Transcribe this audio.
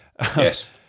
Yes